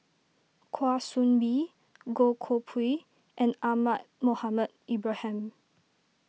Kwa Soon Bee Goh Koh Pui and Ahmad Mohamed Ibrahim